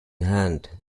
hand